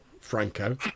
Franco